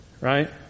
Right